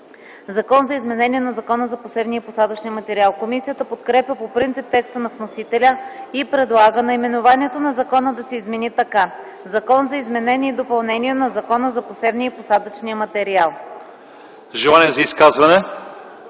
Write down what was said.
„Закон за изменение на Закона за посевния и посадъчния материал”.” Комисията подкрепя по принцип текста на вносителя и предлага наименованието на закона да се измени така: „Закон за изменение и допълнение на Закона за посевния и посадъчния материал”.